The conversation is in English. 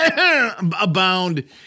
abound